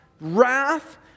wrath